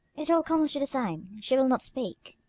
it all comes to the same. she will not speak.